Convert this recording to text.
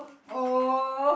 oh